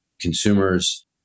consumers